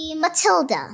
Matilda